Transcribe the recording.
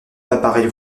l’appareil